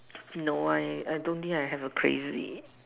no I I don't think I have a crazy